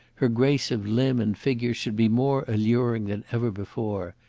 her grace of limb and figure should be more alluring than ever before.